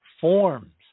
forms